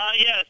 yes